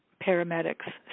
paramedics